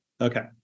Okay